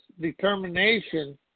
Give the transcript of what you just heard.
determination